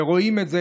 ורואים את זה,